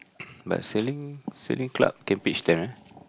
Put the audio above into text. but sailing sailing club can pitch there eh